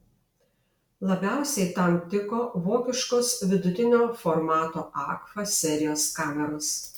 labiausiai tam tiko vokiškos vidutinio formato agfa serijos kameros